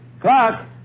Clark